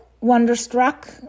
Wonderstruck